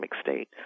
state